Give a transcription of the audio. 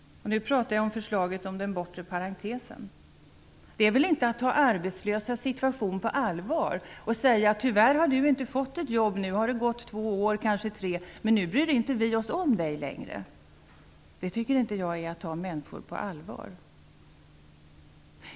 Nu pratar jag om förslaget om den bortre parentesen. Det är väl inte att ta arbetslösas situation på allvar att säga: Tyvärr har du inte fått ett jobb nu när det har gått två år - kanske tre - så nu bryr inte vi oss om dig längre. Det tycker inte jag är att ta människor på allvar.